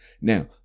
Now